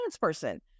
person